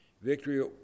Victory